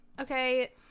Okay